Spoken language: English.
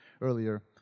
earlier